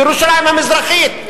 בירושלים המזרחית,